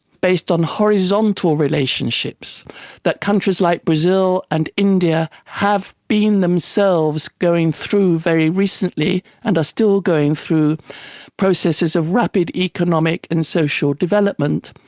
based on horizontal relationships that countries like brazil and india have been themselves going through very recently and are still going through processes of rapid economic and social development,